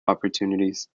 opportunities